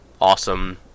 awesome